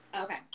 Okay